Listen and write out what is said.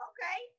Okay